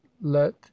let